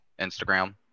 Instagram